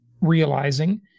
realizing